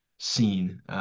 Seen